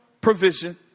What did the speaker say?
provision